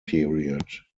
period